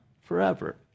forever